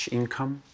income